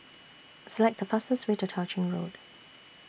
Select The fastest Way to Tao Ching Road